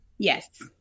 Yes